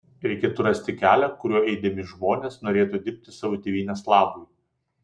reikėtų rasti kelią kuriuo eidami žmonės norėtų dirbti savo tėvynės labui